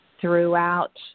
throughout